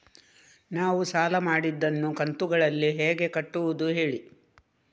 ನಾವು ಸಾಲ ಮಾಡಿದನ್ನು ಕಂತುಗಳಲ್ಲಿ ಹೇಗೆ ಕಟ್ಟುದು ಹೇಳಿ